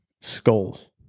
skulls